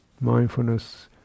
mindfulness